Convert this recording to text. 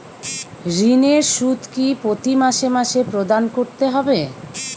ঋণের সুদ কি প্রতি মাসে মাসে প্রদান করতে হবে?